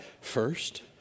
first